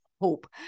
Hope